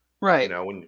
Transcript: Right